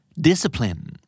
Discipline